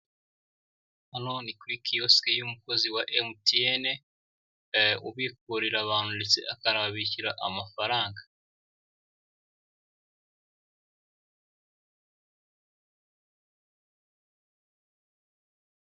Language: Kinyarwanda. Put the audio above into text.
Hano ni kuri kiyosike y'umukozi wa MTN ubikuririra abantu ndetse akanabishyura amafaranga.